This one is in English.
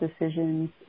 decisions